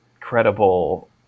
credible